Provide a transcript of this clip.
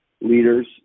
leaders